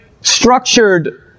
structured